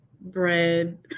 bread